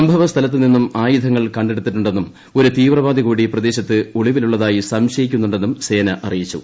സംഭവസ്ഥലത്തു നിന്നും ആയുധങ്ങൾ കണ്ടെടുത്തിട്ടുണ്ടെന്നും ഒരു തീവ്രവാദി കൂടി പ്രദേശത്ത് ഒളിവിലുള്ളതായി സംശയിക്കുന്നുണ്ടെന്നും സേന അറിയിച്ചു